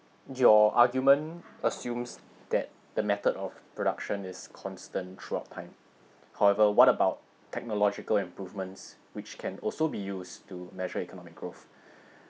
your argument assumes that the method of production is constant throughout time however what about technological improvements which can also be used to measure economic growth